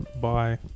bye